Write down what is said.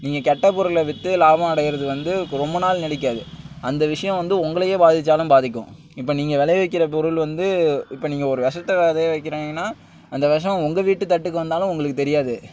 நீங்கள் கெட்ட பொருளை விற்று லாபம் அடைகிறது வந்து ரொம்ப நாள் நிலைக்காது அந்த விஷயம் வந்து உங்களையே பாதித்தாலும் பாதிக்கும் இப்போ நீங்கள் விளைய வைக்கிற பொருள் வந்து இப்போ நீங்கள் ஒரு விஷத்த விதைய விற்கிறீர்ங்னா அந்த விஷம் உங்கள் வீட்டு தட்டுக்கு வந்தாலும் உங்களுக்கு தெரியாது